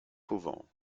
fauvent